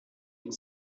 une